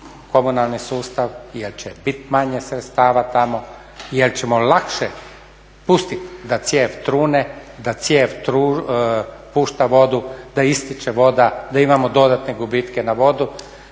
komunalni sustav. Jer će biti manje sredstava tamo jer ćemo lakše pustiti da cijev trune, da cijev pušta vodu, da ističe voda, da imamo dodatne gubitke na vodu,